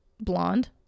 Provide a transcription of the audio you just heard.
blonde